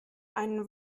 eine